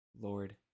Lord